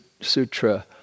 Sutra